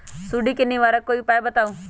सुडी से निवारक कोई उपाय बताऊँ?